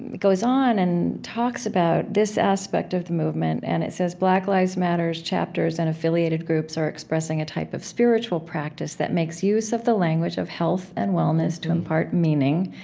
goes on and talks about this aspect of the movement, and it says, black lives matter's chapters and affiliated groups are expressing a type of spiritual practice that makes use of the language of health and wellness to impart meaning,